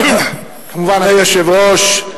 אדוני היושב-ראש,